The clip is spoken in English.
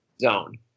zone